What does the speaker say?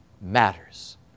matters